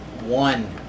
one